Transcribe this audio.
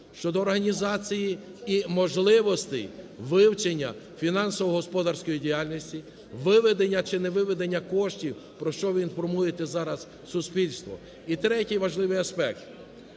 щодо організації і можливостей вивчення фінансово-господарської діяльності, виведення чи не виведення коштів, про що ви інформуєте зараз суспільство. І третій важливий аспект.